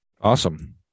Awesome